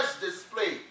display